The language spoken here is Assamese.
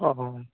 অ অ